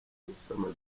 gusama